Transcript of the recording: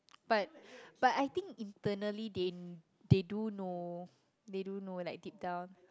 but but I think internally they they do know they do know like deep down